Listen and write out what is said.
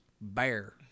bear